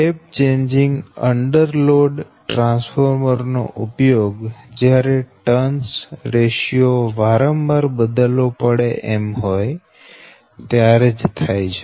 tap changing under load transformer નો ઉપયોગ જ્યારે ટર્ન્સ રેશિયો વારંવાર બદલવો પડે એમ હોય ત્યારે થાય છે